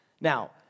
Now